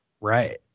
Right